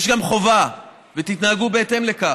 יש גם חובה, ותתנהגו בהתאם לכך.